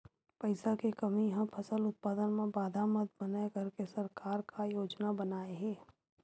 पईसा के कमी हा फसल उत्पादन मा बाधा मत बनाए करके सरकार का योजना बनाए हे?